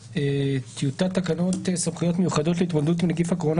טיוטת תקנות סמכויות מיוחדות להתמודדות עם נגיף הקורונה